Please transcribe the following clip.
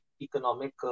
economic